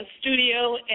studio